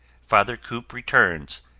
father kopp returns,